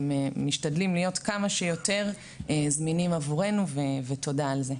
הם משתדלים להיות כמה שיותר זמינים עבורנו ותודה על זה.